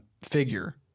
figure